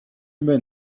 men